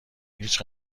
هیچ